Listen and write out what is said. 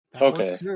Okay